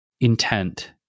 intent